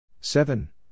Seven